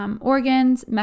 organs